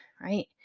right